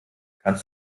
kannst